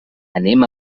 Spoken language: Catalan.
anem